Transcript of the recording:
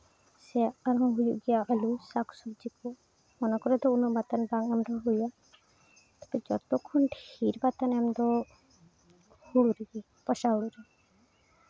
ᱥᱮ ᱟᱨᱦᱚᱸ ᱦᱩᱭᱩᱜ ᱜᱮᱭᱟ ᱟᱹᱞᱩ ᱥᱟᱠᱼᱥᱚᱵᱽᱡᱤ ᱠᱚ ᱚᱱᱟ ᱠᱚᱨᱮ ᱫᱚ ᱩᱱᱟᱹᱜ ᱵᱟᱛᱟᱱ ᱵᱟᱝ ᱨᱮᱦᱚᱸ ᱦᱩᱭᱩᱜᱼᱟ ᱛᱚᱵᱮ ᱡᱚᱛᱚ ᱠᱷᱚᱱ ᱰᱷᱮᱨ ᱵᱟᱛᱟᱱ ᱮᱢ ᱫᱚ ᱦᱩᱲᱩ ᱨᱮᱜᱮ ᱵᱚᱨᱥᱟ ᱦᱩᱲᱩ ᱨᱮ